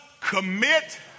Commit